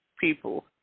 people